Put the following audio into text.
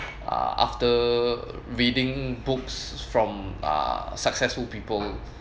uh after reading books from uh successful people